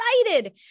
excited